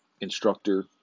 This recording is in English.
instructor